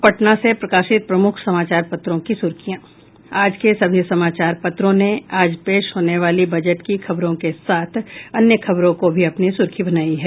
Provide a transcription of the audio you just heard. अब पटना से प्रकाशित प्रमुख समाचार पत्रों की सुर्खियां आज के सभी समाचार पत्रों ने आज पेश होने वाली बजट की खबरों के साथ अन्य खबरों को भी अपनी सुर्खी बनायी है